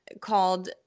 called